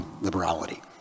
liberality